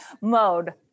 mode